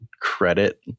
credit